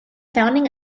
founding